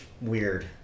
weird